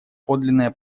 подлинное